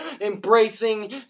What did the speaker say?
embracing